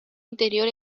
interior